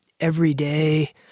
everyday